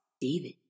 David